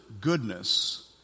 goodness